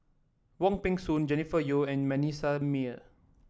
Wong Peng Soon Jennifer Yeo and Manasseh Meyer